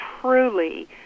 truly